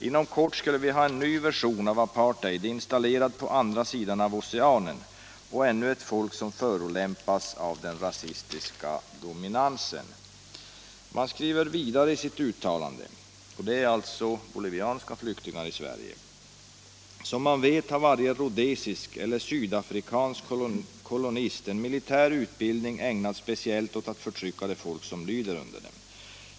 Inom kort skulle vi ha en ny version av apartheid installerad på andra sidan av Oceanen och ännu ett folk som förolämpas av den rasistiska dominansen.” Dessa bolivianska flyktingar skriver vidare i sitt uttalande. ”Som man vet har varje rhodesisk eller sydafrikansk kolonist en militär utbildning, ägnad speciellt åt att förtrycka de folk som lyder under dem.